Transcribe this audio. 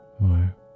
more